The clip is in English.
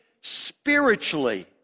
spiritually